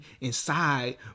inside